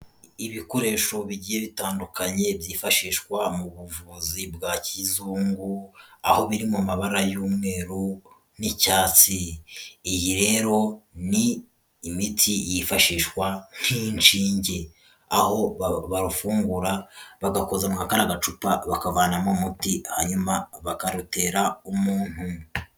Ibikoresho bigiye bitandukanye byifashishwa mu buvuzi bwa kizungu, aho biri mu mabara y'umweru n'icyatsi, iyi rero ni imiti yifashishwa nk'inshinge, aho barufungura bagakoza mwa kariya gacupa bakavanamo umuti hanyuma bakarutera umuntu.